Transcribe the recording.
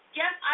yes